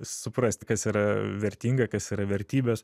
suprasti kas yra vertinga kas yra vertybės